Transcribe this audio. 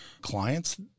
clients